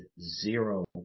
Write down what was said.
zero